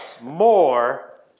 more